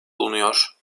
bulunuyor